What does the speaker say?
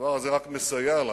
הדבר הזה רק מסייע לנו,